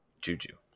juju